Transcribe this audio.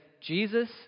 Jesus